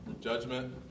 Judgment